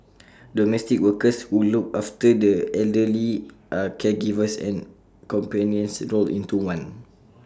domestic workers who look after the elderly are caregivers and companions rolled into one